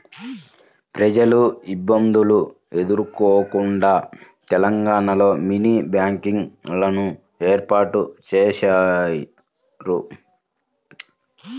ప్రజలు ఇబ్బందులు ఎదుర్కోకుండా తెలంగాణలో మినీ బ్యాంకింగ్ లను ఏర్పాటు చేశారు